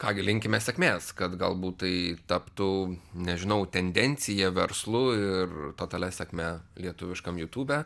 ką gi linkime sėkmės kad galbūt tai taptų nežinau tendencija verslu ir totalia sėkme lietuviškam jutube